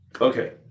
Okay